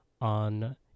on